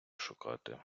шукати